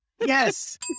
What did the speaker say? Yes